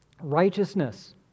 righteousness